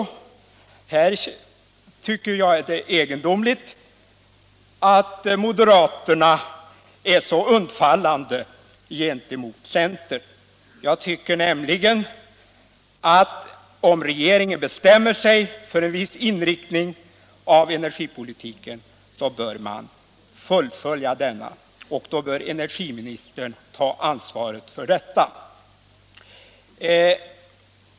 Det är enligt min mening egendomligt att moderaterna är så undfallande gentemot centern. Jag tycker nämligen att om regeringen bestämmer sig för en viss inriktning av energipolitiken bör man fullfölja denna, och då bör energiministern ha ansvaret för det.